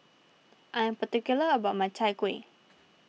I am particular about my Chai Kuih